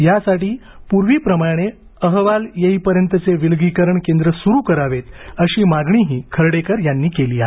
यासाठी पूर्वीप्रमाणे अहवाल येईपर्यंतचे विलगीकरण केंद्र सुरु करावेत अशी मागणीही खर्डेकर यांनी केली आहे